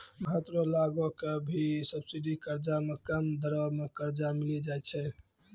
भारत रो लगो के भी सब्सिडी कर्जा मे कम दरो मे कर्जा मिली जाय छै